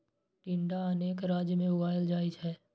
टिंडा अनेक राज्य मे उगाएल जाइ छै